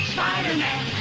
Spider-Man